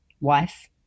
wife